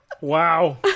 Wow